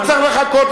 לא צריך לחכות,